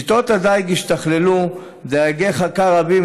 שיטות הדיג השתכללו ודייגי חכה רבים